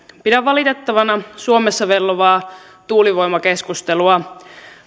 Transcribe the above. pidän valitettavana suomessa vellovaa tuulivoimakeskustelua